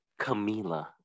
Camila